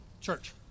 Church